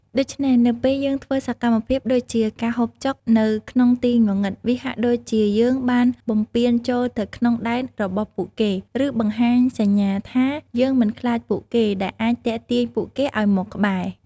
ដូច្នេះ នៅពេលយើងធ្វើសកម្មភាពដូចជាការហូបចុកនៅក្នុងទីងងឹត វាហាក់ដូចជាយើងបានបំពានចូលទៅក្នុងដែនរបស់ពួកគេ ឬបង្ហាញសញ្ញាថា យើងមិនខ្លាចពួកគេ ដែលអាចទាក់ទាញពួកគេឲ្យមកក្បែរ ។